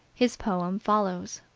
his poem follows